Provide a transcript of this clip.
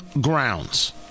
grounds